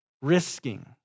Risking